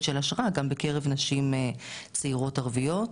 של השראה גם בקרב נשים צעירות ערביות.